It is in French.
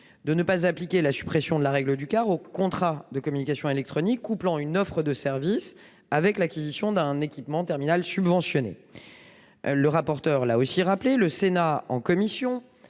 de ne pas appliquer la suppression de ladite règle aux contrats de communications électroniques couplant une offre de services avec l'acquisition d'un équipement terminal subventionné. Le rapporteur pour avis l'a également rappelé, le Sénat, en commission,